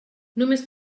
només